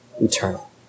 eternal